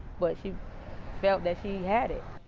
but she felt that she had it.